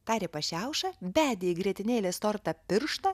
tarė pašiauša bedė į grietinėlės tortą pirštą